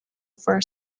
for